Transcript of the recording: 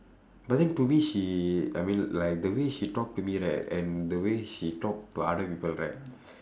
but then to me she I mean like the way she talk to me right and the way she talk to other people right